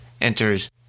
enters